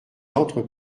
entrent